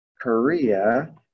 Korea